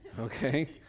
okay